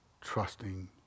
trusting